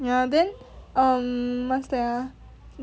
ya then um what's that ah